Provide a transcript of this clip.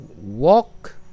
walk